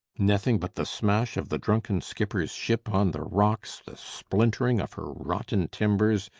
nothing but the smash of the drunken skipper's ship on the rocks, the splintering of her rotten timbers,